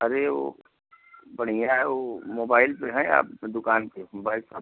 अरे वो बढ़िया है वो मोबाइल पर हैं आप अपने दुकान पर मोबाइल सॉप